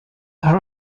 are